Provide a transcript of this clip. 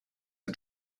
are